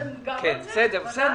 בסדר,